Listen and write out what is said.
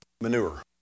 manure